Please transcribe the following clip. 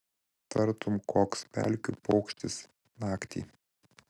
tartum koks pelkių paukštis naktį